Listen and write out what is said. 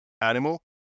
animal